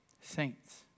saints